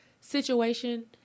situation